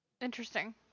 Interesting